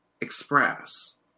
express